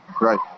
right